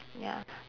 ya